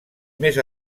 més